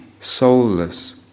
soulless